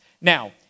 Now